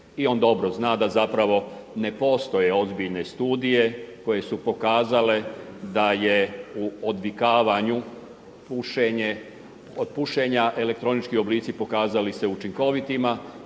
i on dobro zna da zapravo ne postoje ozbiljne studije koje su pokazale da je u odvikavanju pušenja elektronički oblici pokazali se učinkovitima.